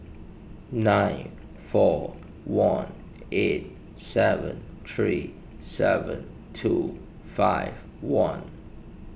nine four one eight seven three seven two five one